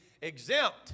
exempt